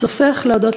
"סופך להודות